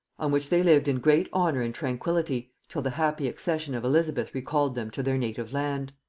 on which they lived in great honor and tranquillity till the happy accession of elizabeth recalled them to their native land.